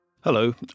Hello